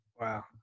wow